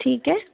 ठीक है